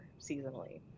seasonally